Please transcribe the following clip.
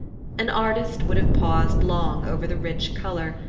an artist would have paused long, over the rich colour,